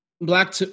black